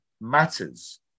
matters